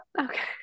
Okay